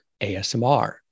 ASMR